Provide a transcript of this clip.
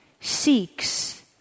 seeks